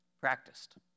Practiced